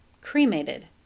cremated